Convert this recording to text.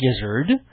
gizzard